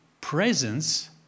presence